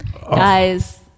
Guys